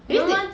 eh they